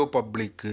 Public